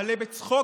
מלא בצחוק,